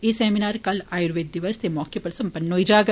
एह सैमीनार कल आयूर्वेद दिवस दे मौके उप्पर सम्पन्न होई जाग